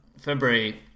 February